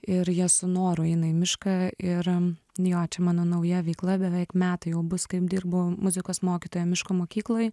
ir jie su noru eina į mišką ir jo čia mano nauja veikla beveik metai jau bus kaip dirbu muzikos mokytoja miško mokykloj